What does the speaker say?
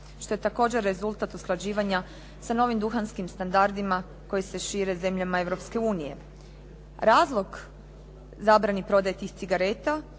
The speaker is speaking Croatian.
što je također rezultat usklađivanja sa novim duhanskim standardima koji se šire zemljama Europske unije. Razlog zabrani prodaje tih cigareta